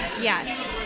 Yes